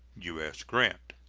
u s. grant.